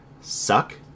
suck